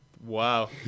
Wow